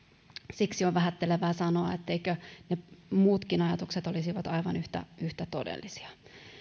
siksi on vähättelevää sanoa etteivät ne muutkin ajatukset olisi aivan yhtä yhtä todellisia